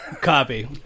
Copy